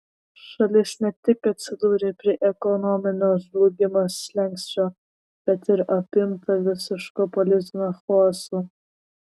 šalis ne tik atsidūrė prie ekonominio žlugimo slenksčio bet ir apimta visiško politinio chaoso